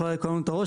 אכלה לנו את הראש,